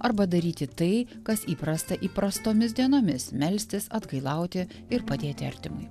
arba daryti tai kas įprasta įprastomis dienomis melstis atgailauti ir padėti artimui